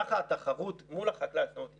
כך התחרות מול החקלאי - זאת אומרת,